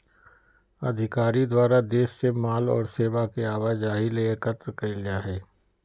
अधिकारी द्वारा देश से माल और सेवा के आवाजाही ले एकत्र कइल जा हइ